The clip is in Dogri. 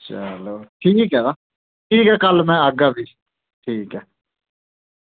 चलो ठीक ऐ तां ठीक कल्ल में आह्गा फ्ही ठीक ऐ